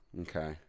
Okay